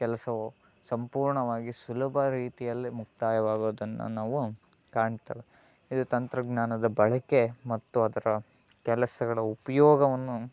ಕೆಲಸವು ಸಂಪೂರ್ಣವಾಗಿ ಸುಲಭ ರೀತಿಯಲ್ಲಿ ಮುಕ್ತಾಯವಾಗುದನ್ನು ನಾವು ಕಾಣ್ತೇವೆ ಇದು ತಂತ್ರಜ್ಞಾನದ ಬಳಕೆ ಮತ್ತು ಅದರ ಕೆಲಸಗಳ ಉಪಯೋಗವನ್ನು